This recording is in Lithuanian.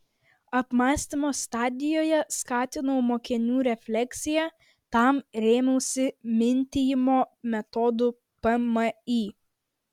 apmąstymo stadijoje skatinau mokinių refleksiją tam rėmiausi mintijimo metodu pmį